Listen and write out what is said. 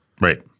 right